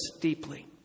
deeply